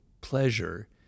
pleasure